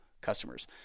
customers